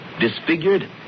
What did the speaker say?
disfigured